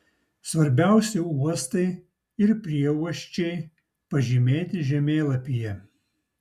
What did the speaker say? svarbiausi uostai ir prieuosčiai pažymėti žemėlapyje